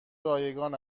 رایگان